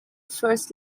first